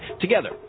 Together